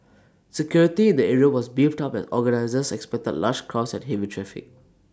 security in the area was beefed up as organisers expected large crowds and heavy traffic